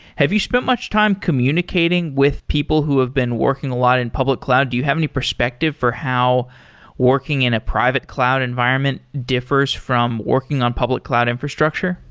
have you spent much time communicating with people who have been working a lot in public cloud? do you have any perspective for how working in a private cloud environment differs from working on public cloud infrastructure?